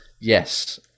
Yes